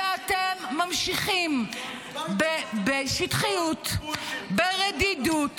תגידי לנשיא ארצות הברית שהוא משקר.